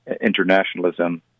internationalism